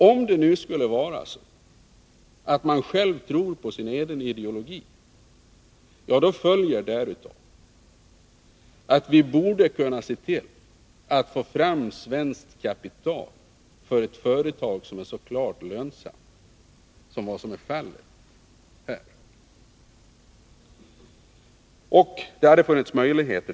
Om det nu skulle vara så att man själv tror på sin egen ideologi, följer därav att vi borde kunna se till att få fram svenskt kapital för ett företag som är så klart lönsamt som det ifrågavarande företaget.